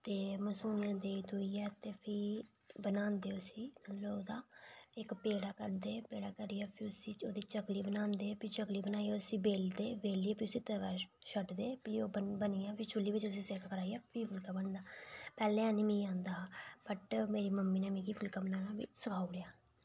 ते मसूनी देई दूइयै प्ही बनांदे उसी पैह्लें ओह्दा इक्क पेड़ा करदे ते प्ही उसी चकली बनांदे प्चही चकली बनाइयै प्ही उसी बेलदे ते बेलियै प्ही उसी तवे पर छुड़दे ते प्ही उप्पर बनियै भी चुल्ले पर सेक करांदे पैह्ले ऐ निं मिगी आंदा हा बट मेरी मम्मी नै मिगी फुल्के बनाना बी सखाई ओड़ेआ